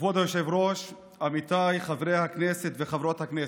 כבוד היושב-ראש, עמיתיי חברי הכנסת וחברות הכנסת,